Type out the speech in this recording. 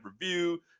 review